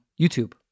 YouTube